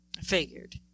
figured